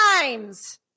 times